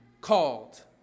called